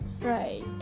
right